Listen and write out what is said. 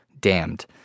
damned